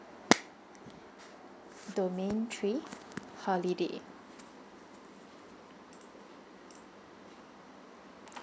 domain three holiday